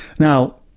now,